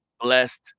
blessed